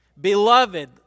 beloved